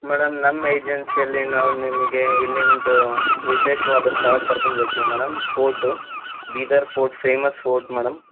madam ನಮ್ಮ ಏಜೆನ್ಸಿಯಲ್ಲಿ ನಾವು ನಿಮಗೆ ಇಲ್ಲಿನದು ವಿಶೇಷವಾದ ಸ್ಥಳಕ್ಕೆ ಕರ್ಕೊಂಡೊಯ್ತಿವಿ madam fort Bidar fort famous fort madam